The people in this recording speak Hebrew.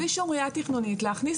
בלי שום ראייה תכנונית, להכניס